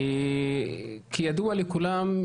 כידוע לכולם,